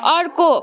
अर्को